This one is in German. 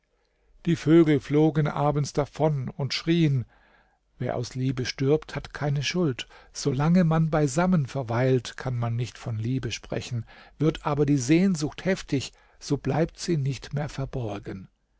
die vögel flogen abends davon und schrieen wer aus liebe stirbt hat keine schuld solange man beisammen verweilt kann man nicht von liebe sprechen wird aber die sehnsucht heftig so bleibt sie nicht mehr verborgen